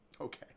okay